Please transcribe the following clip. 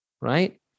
right